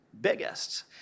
biggest